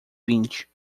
vinte